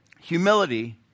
Humility